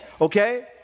okay